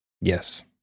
Yes